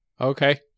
Okay